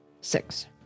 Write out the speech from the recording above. six